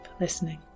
listening